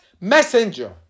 messenger